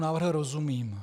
Návrhu rozumím.